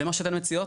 זה מה שאתן מציעות?